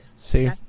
See